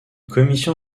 commission